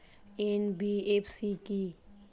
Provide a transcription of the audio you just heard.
NBFC কী?